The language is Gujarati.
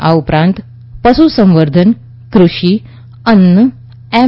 આ ઉપરાંત પશુ સંવર્ધન કૃષિ અન્ન એમ